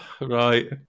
Right